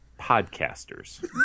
podcasters